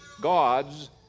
God's